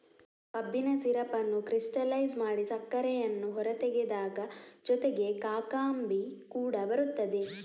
ಕಬ್ಬಿನ ಸಿರಪ್ ಅನ್ನು ಕ್ರಿಸ್ಟಲೈಜ್ ಮಾಡಿ ಸಕ್ಕರೆಯನ್ನು ಹೊರತೆಗೆದಾಗ ಜೊತೆಗೆ ಕಾಕಂಬಿ ಕೂಡ ಬರುತ್ತದೆ